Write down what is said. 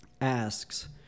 asks